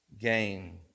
gain